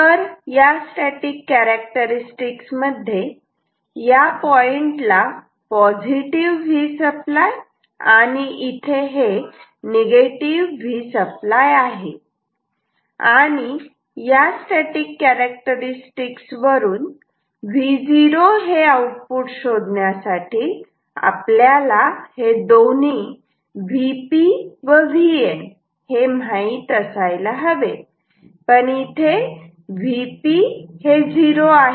तर या static characteristics मध्ये या पॉइंटला Vसप्लाय आणि इथे हे Vसप्लाय आहे आणि या स्टॅटिक कॅरेक्टरस्टिक्स वरून Vo हे आउटपुट शोधण्यासाठी आपल्याला हे दोन्ही Vp व Vn माहीत असायला हवे पण इथे Vp 0 आहे